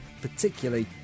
particularly